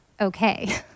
okay